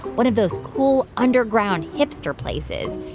one of those cool underground hipster places.